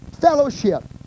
fellowship